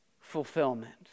fulfillment